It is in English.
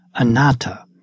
anatta